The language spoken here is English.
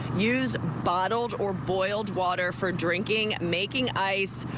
use bottled or boiled water for drinking, making ice,